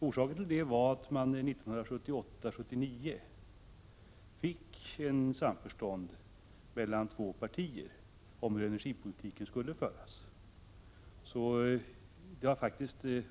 1978-1979 blev det ett samförstånd mellan två partier — folkpartiet och socialdemokratin — om hur energipolitiken skulle föras.